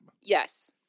Yes